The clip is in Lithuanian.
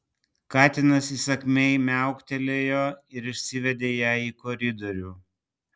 katinas įsakmiai miauktelėjo ir išsivedė ją į koridorių